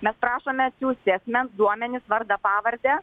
mes prašome siųsti asmens duomenis vardą pavardę